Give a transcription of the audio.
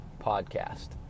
podcast